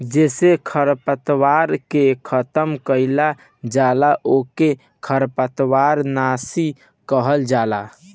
जेसे खरपतवार के खतम कइल जाला ओके खरपतवार नाशी कहल जाला